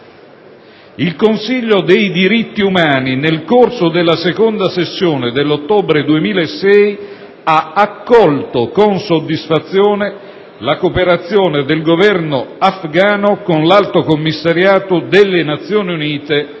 il Consiglio dei diritti umani, nel corso della seconda sessione dell'ottobre 2006, ha accolto con soddisfazione la cooperazione del Governo afghano con l'Alto commissariato delle Nazioni Unite